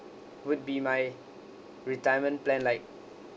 would be my retirement plan like